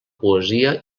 poesia